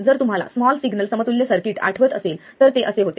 जर तुम्हाला small signal समतुल्य सर्किट आठवत असेल तर ते असे होते